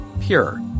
pure